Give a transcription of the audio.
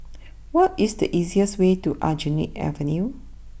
what is the easiest way to Aljunied Avenue